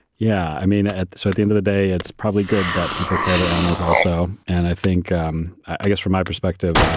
yeah, i mean, at so at the end of the day, it's probably good that people care about animals also. and i think um i guess from my perspective,